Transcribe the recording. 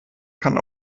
kann